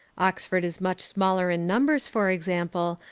oxford is much smaller in numbers, for example,